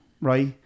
right